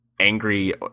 angry